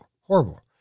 Horrible